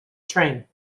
trend